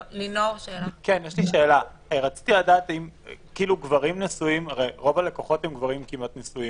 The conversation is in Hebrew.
הרי כמעט רוב הלקוחות הם גברים נשואים,